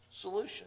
solution